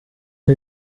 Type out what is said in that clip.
mir